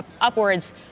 upwards